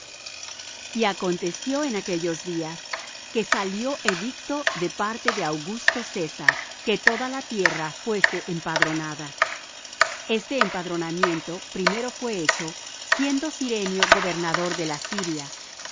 y acontecio en aquellos días que salió edicto de parte de augusto césar que toda la tierra fuese empadronada este empadronamiento primero fué hecho siendo cirenio gobernador de la siria